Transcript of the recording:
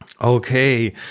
Okay